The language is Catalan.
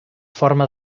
forma